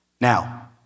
Now